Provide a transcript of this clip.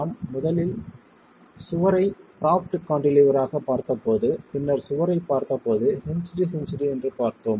நாம் முதலில் சுவரை ப்ரோப்ட் காண்டிலீவர் ஆகப் பார்த்தபோது பின்னர் சுவரைப் பார்த்தபோது ஹின்ஜ்டு ஹின்ஜ்டு என்று பார்த்தோம்